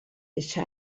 eixe